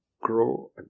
grow